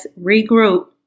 regroup